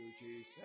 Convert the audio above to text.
Jesus